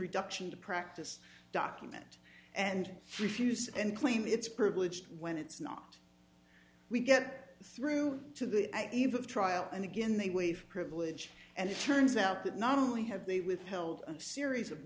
reduction to practice document and refuse and claim it's privileged when it's not we get through to the eve of trial and again they waive privilege and it turns out that not only have they withheld a series of